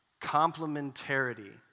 complementarity